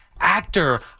actor